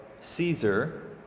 Caesar